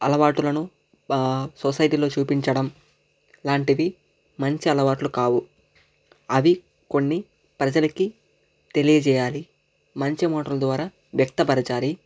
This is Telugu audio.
అలవాట్లను సొసైటీలో చూపించడం లాంటిది మంచి అలవాట్లు కావు అది కొన్ని ప్రజలకి తెలియ చేయాలి మంచి మాటల ద్వారా వ్యక్తపరచాలి